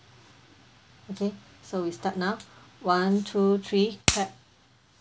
okay so we start now one two three clap